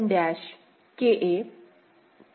Bn X